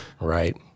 right